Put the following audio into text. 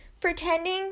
pretending